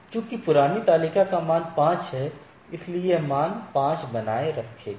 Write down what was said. चूंकि पुरानी तालिका का मान 5 है इसलिए यह मान 5 बनाए रखेगा